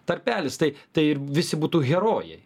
tarpelis tai tai ir visi būtų herojai